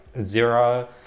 zero